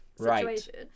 right